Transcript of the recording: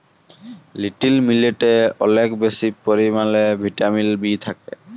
little মিলেটে অলেক বেশি পরিমালে ভিটামিল বি থ্যাকে